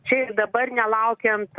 čia ir dabar nelaukiant